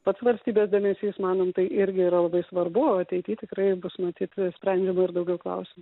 pats valstybės dėmesys manom tai irgi yra labai svarbu ateity tikrai bus matyt sprendžiama ir daugiau klausimų